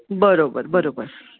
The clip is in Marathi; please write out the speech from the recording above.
बरोबर बरोबर